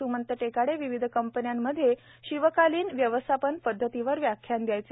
सुमंत टेकाडे विविध कंपन्यांमध्ये शिवकालीन व्यवस्थापन पद्धतीवर व्याख्यान द्यायचे